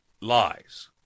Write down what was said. lies